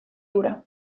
hura